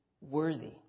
worthy